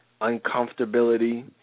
uncomfortability